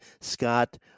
Scott